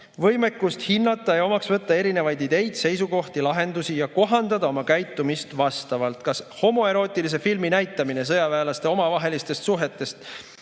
võimekust hinnata ja omaks võtta erinevaid ideid, seisukohti, lahendusi ja kohandada oma käitumist vastavalt. Kas homoerootiline film sõjaväelaste omavahelistest suhetest